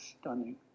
Stunning